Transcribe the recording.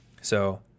So-